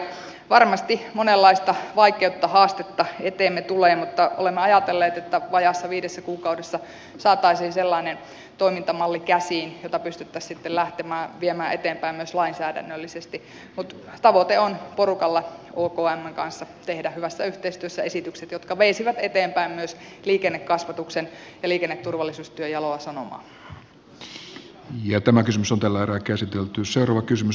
varmasti monenlaista vaikeutta haastetta eteemme tulee mutta olemme ajatelleet että vajaassa viidessä kuukaudessa saataisiin sellainen toimintamalli käsiin jota pystyttäisiin sitten lähtemään viemään eteenpäin myös lainsäädännöllisesti mutta tavoite on porukalla okmn kanssa tehdä hyvässä yhteistyössä esitykset jotka veisivät eteenpäin myös liikennekasvatuksen ja tämä kysymys on tällä erää liikenneturvallisuustyön jaloa sanomaa